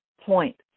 point